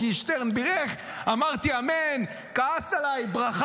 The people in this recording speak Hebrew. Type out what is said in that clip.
שטרן בירך, אמרתי "אמן", צעק עליי פה רביבו.